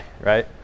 right